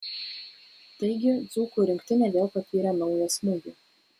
taigi dzūkų rinktinė vėl patyrė naują smūgį